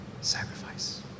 sacrifice